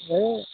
ए